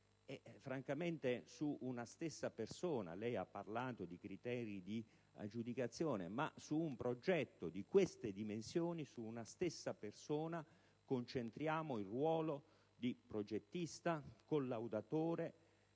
esecutivo dell'opera. Lei ha parlato di criteri di aggiudicazione. Ma su un progetto di queste dimensioni, su una stessa persona concentriamo il ruolo di progettista, di collaudatore